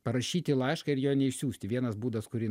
parašyti laišką ir jo neišsiųsti vienas būdas kurį